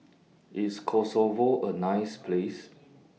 IS Kosovo A nice Place